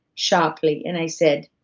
shockedly, and i said,